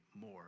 more